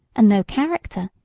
and no character,